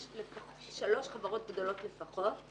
יש שלוש חברות גדולות לפחות.